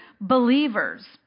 believers